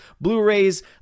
Blu-rays